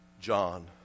John